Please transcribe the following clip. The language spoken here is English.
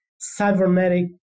cybernetic